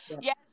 yes